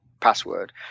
password